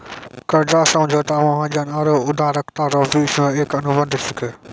कर्जा समझौता महाजन आरो उदारकरता रो बिच मे एक अनुबंध छिकै